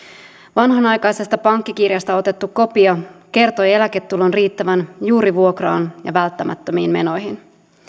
vanhanaikaisesta pankkikirjasta otettu kopio kertoi eläketulon riittävän juuri vuokraan ja välttämättömiin menoihin